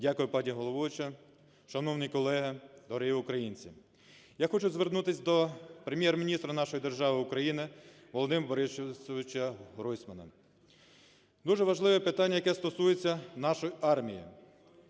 Дякую, пані головуюча! Шановні колеги, дорогі українці! Я хочу звернутися до Прем'єр-міністра нашої держави України Володимира Борисовича Гройсмана. Дуже важливе питання, яке стосується нашої армії.